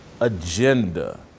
agenda